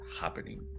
happening